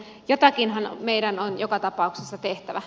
jotakinhan meidän on joka tapauksessa tehtävä